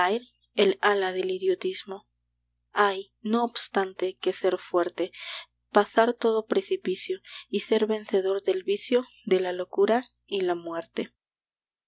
el ala del idiotismo hay no obstante que ser fuerte pasar todo precipicio y ser vencedor del vicio de la locura y la muerte